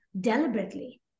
deliberately